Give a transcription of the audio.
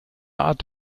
art